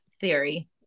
theory